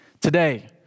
Today